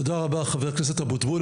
תודה רבה, חבר הכנסת אבוטבול.